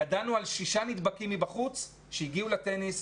ידענו על שישה נדבקים מבחוץ שהגיעו לטניס.